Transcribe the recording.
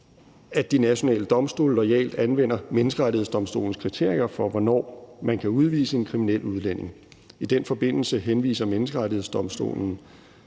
at de nationale domstole loyalt anvender Menneskerettighedsdomstolens kriterier for, hvornår man kan udvise en kriminel udlænding. I den forbindelse henviser Menneskerettighedsdomstolen